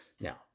Now